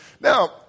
Now